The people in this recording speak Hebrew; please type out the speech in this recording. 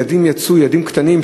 ילדים קטנים,